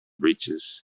breeches